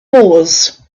moors